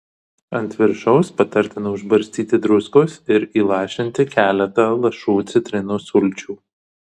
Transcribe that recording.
ant viršaus patartina užbarstyti druskos ir įlašinti keletą lašų citrinos sulčių